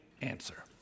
answer